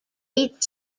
eight